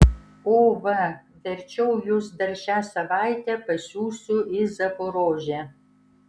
o va verčiau jus dar šią savaitę pasiųsiu į zaporožę